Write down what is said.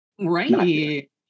Right